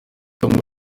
bamwe